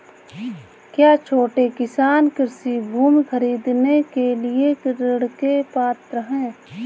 क्या छोटे किसान कृषि भूमि खरीदने के लिए ऋण के पात्र हैं?